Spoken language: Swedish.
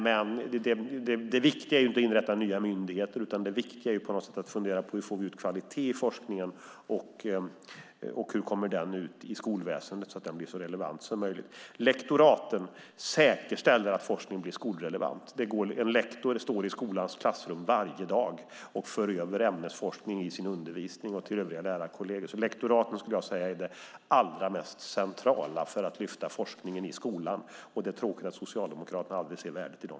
Men det viktiga är inte att inrätta nya myndigheter, utan det viktiga är att fundera på hur vi får kvalitet i forskningen och hur den kommer ut i skolväsendet så att den blir så relevant som möjligt. Lektoraten säkerställer att forskningen blir skolrelevant. En lektor står i skolans klassrum varje dag och för över ämnesforskning i sin undervisning och till övriga lärarkolleger. Jag skulle vilja säga att lektoraten är det allra mest centrala för att lyfta fram forskningen i skolan. Det är tråkigt att Socialdemokraterna aldrig ser värdet i dem.